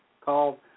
called